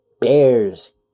Bears